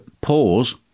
pause